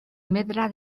medra